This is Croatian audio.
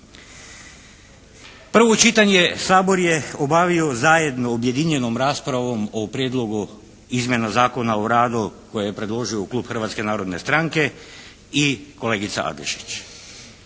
Prvo čitanje Sabor je obavio zajedno objedinjenom raspravom o Prijedlogu izmjena Zakona o radu koje je predložio Klub Hrvatske narodne stranke i kolegica Adlešić.